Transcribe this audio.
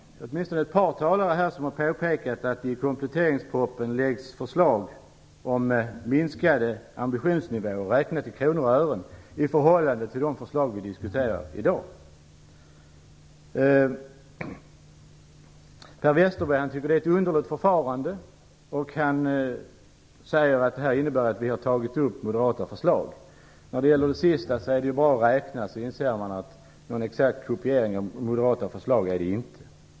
Åtminstone ett par talare har här påpekat att det i kompletteringspropositionen läggs förslag om minskade ambitionsnivåer, räknat i kronor och ören, i förhållande till de förslag som vi diskuterar i dag. Per Westerberg tycker att det är ett underligt förfarande och säger att detta innebär att vi har antagit moderata förslag. När det gäller det sistnämnda är det bara att räkna, så inser man att det inte är fråga om någon exakt kopiering av moderata förslag.